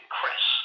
Chris